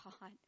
God